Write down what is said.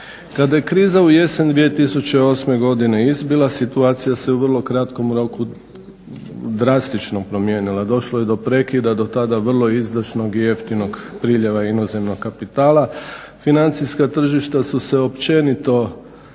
Kada je kriza u jesen 2008. godine izbila situacija se u vrlo kratkom roku drastično promijenila. Došlo je do prekida dotada vrlo izdašnog i jeftinog priljeva inozemnog kapitala. Financijska tržišta su se općenito